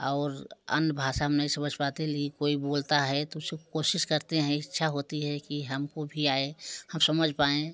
और अन्य भाषा हम नहीं समझ पाते यदि कोई बोलता है तो सिर्फ कोशिश करते हैं कि इच्छा होती की हमको भी आए हम सब समझ पाएं